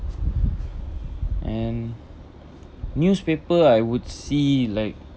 and newspaper I would see like